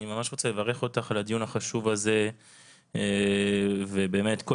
אני ממש רוצה לברך אותך על הדיון החשוב הזה ובאמת כל